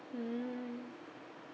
mm